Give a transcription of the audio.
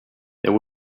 there